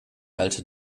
alte